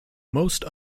most